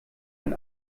ein